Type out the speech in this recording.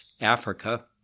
Africa